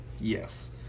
Yes